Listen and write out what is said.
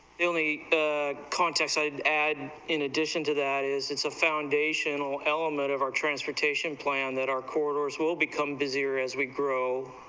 billy ah i mean add in addition to that is as a foundational element of our transportation plan that our course will become busier as we grow,